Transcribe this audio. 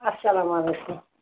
اَسلام علیکُم